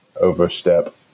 overstep